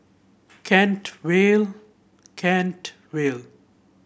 Kent Vale Kent Vale